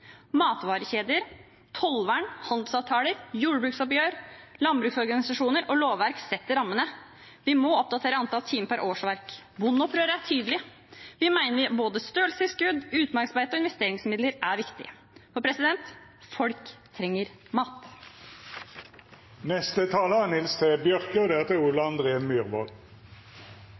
Matvarekjeder, tollvern, handelsavtaler, jordbruksoppgjør, landbruksorganisasjonene og lovverk setter rammene. Vi må oppdatere antall timer per årsverk. Bondeopprøret er tydelig. Vi mener både stølstilskudd, utmarksbeite og investeringsmidler er viktig. Folk trenger